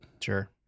Sure